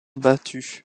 battue